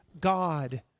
God